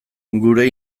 gure